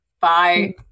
Bye